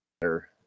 better